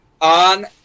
on